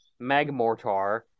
Magmortar